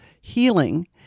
healing